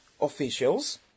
officials